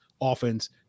offense